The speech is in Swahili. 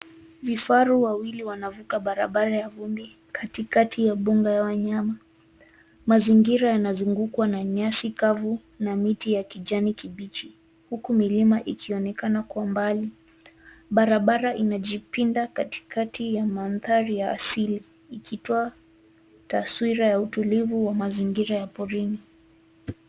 Kifaru wawili wanavuka barabara ya vumbi katikati ya bunga ya wanyama. Mazingira yanazungukwa na nyasi kavu na miti ya kijani kibichi uku milima ikionekana kwa umbali. Barabara imejipinda katikati ya mandhari ya asili ikitoa taswira ya utulivu wa mazingira ya porini.